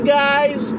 guys